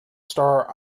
star